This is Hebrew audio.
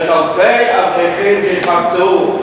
יש אלפי אברכים שהתמקצעו.